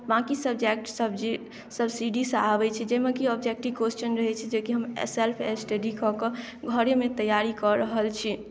बाँकी सब्जैक्ट सब जे सबसिडीसँ आबय छै जैमे कि ऑब्जैक्टिव क्वेस्चन रहय छै जे कि हम सेल्फ स्टडी कऽ कऽ घरेमे तैयारी कऽ रहल छी